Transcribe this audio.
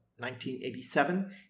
1987